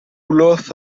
laughs